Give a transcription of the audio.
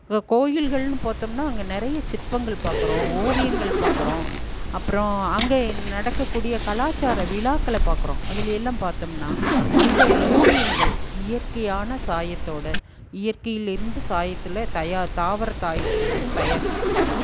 இப்போ கோயில்கள்னு பார்த்தோம்னா அங்கே நிறைய சிற்பங்கள் பார்க்குறோம் ஓவியங்கள் பார்க்குறோம் அப்புறம் அங்கே நடக்கக்கூடிய கலாச்சார விழாக்களை பார்க்குறோம் அதிலயெல்லாம் பார்த்தோம்னா அந்த ஓவியங்கள் இயற்கையான சாயத்தோடு இயற்கையிலிருந்து சாயத்தில் தயார் தாவர சாயத்துலருந்து தயாரிச்சுருக்காங்க